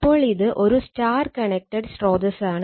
അപ്പോൾ ഇത് ഒരു സ്റ്റാർ കണക്റ്റഡ് സ്രോതസ്സാണ്